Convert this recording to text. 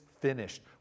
finished